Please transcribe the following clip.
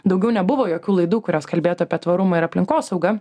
daugiau nebuvo jokių laidų kurios kalbėtų apie tvarumą ir aplinkosaugą